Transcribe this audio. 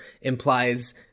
implies